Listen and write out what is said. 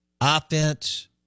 offense